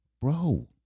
Bro